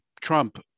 Trump